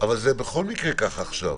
אבל בכל מקרה זה כך עכשיו.